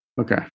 Okay